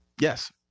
yes